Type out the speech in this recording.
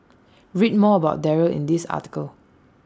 read more about Darryl in this article